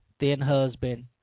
then-husband